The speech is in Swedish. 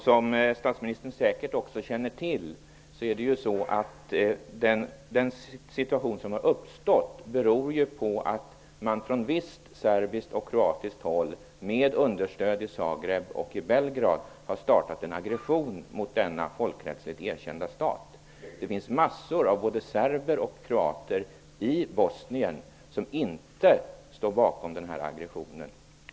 Som statsministern säkert också känner till beror den uppkomna situationen på att man från visst serbiskt och kroatiskt håll, med understöd i Zagreb och Belgrad, har startat en aggression mot denna folkrättsligt erkända stat. Det finns mängder av både serber och kroater i Bosnien som inte står bakom aggressionen.